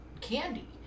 candy